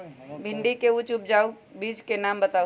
भिंडी के उच्च उपजाऊ बीज के नाम बताऊ?